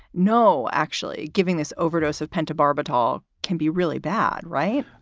no, actually giving this overdose of pentobarbital can be really bad, right?